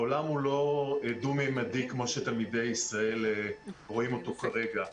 העולם הוא לא דו-מימדי כמו שתלמידי ישראל רואים אותו כרגע.